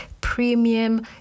premium